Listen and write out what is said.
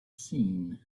seen